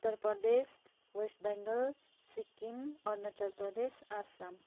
Uttar Pradesh West Bengal Sikkim Arunachal Pradesh Assam